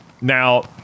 Now